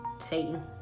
Satan